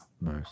Nice